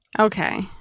Okay